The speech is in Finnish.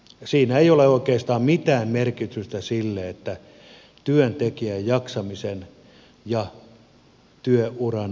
sillä ei ole oikeastaan mitään tekemistä työntekijän jaksamisen ja työuran pidentymisen kanssa